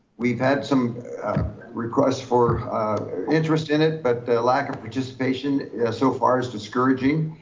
we've had some requests for interest in it. but the lack of participation so far is discouraging.